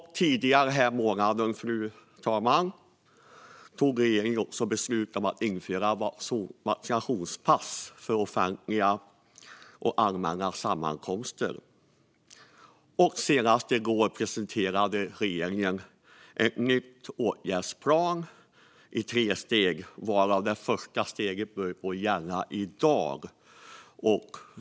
Tidigare denna månad, fru talman, fattade regeringen beslut om att införa vaccinationspass för offentliga och allmänna sammankomster. Senast i går presenterade regeringen en ny åtgärdsplan i tre steg, varav det första steget börjar gälla i dag.